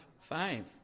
five